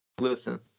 Listen